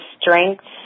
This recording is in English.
strengths